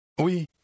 Oui